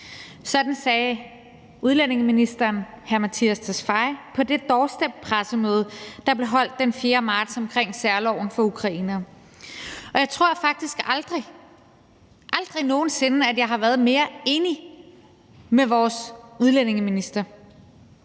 Sådan sagde udlændingeministeren på det doorsteppressemøde, der blev holdt den 4. marts, om særloven for ukrainere. Og jeg tror faktisk aldrig nogen sinde, at jeg har været mere enig med vores udlændingeminister,